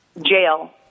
jail